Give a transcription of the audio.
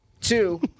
Two